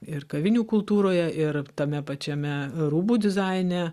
ir kavinių kultūroje ir tame pačiame rūbų dizaine